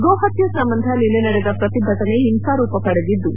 ಗೋಹತ್ನೆ ಸಂಬಂಧ ನಿನ್ನೆ ನಡೆದ ಪ್ರತಿಭಟನೆ ಹಿಂಸಾ ರೂಪ ಪಡೆದಿದ್ದು